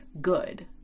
good